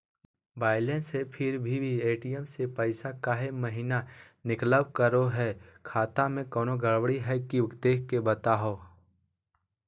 Balance है फिर भी भी ए.टी.एम से पैसा काहे महिना निकलब करो है, खाता में कोनो गड़बड़ी है की देख के बताहों?